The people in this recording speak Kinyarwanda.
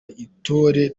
intore